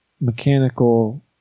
mechanical